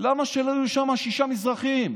למה שלא יהיו שם שישה מזרחים?